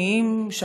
חיוניים.